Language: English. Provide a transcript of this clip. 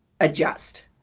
adjust